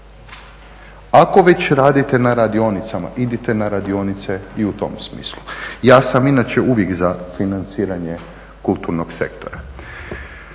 Ako već radite na radionicama, idite na radionice i u tom smislu. Ja sam inače uvijek za financiranje kulturnog sektora.